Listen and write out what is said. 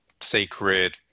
sacred